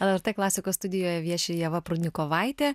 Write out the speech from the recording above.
lrt klasikos studijoje vieši ieva prudnikovaitė